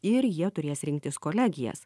ir jie turės rinktis kolegijas